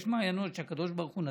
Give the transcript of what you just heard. מעיינות שהקדוש ברוך הוא נתן,